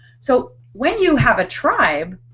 so when you have a tribe,